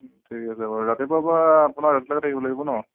ঠিক আছে বাৰু ৰাতিপুৱাৰপৰা আপোনাৰ ৰাতিলৈকে থাকিব লাগিব ন